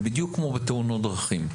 זה בדיוק כמו בתאונות דרכים.